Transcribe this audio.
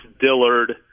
Dillard